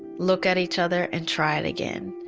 look at each other and try and again.